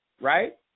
right